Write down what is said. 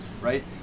right